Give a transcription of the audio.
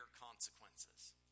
consequences